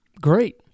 great